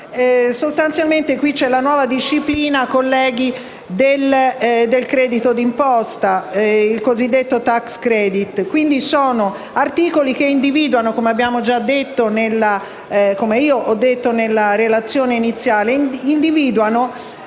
la nuova disciplina del credito d’imposta, il cosiddetto tax credit. Tali articoli individuano, come ho specificato nella relazione iniziale,